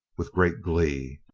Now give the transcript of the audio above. with great glee.